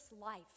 life